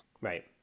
Right